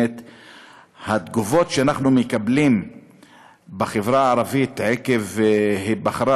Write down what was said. התגובות שאנחנו מקבלים בחברה הערבית עקב היבחרה